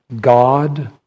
God